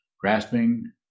grasping